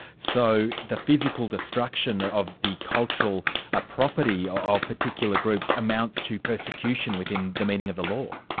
so the physical destruction of the cultural ah property of of particular groups amounts to persecution within the meaning of the law?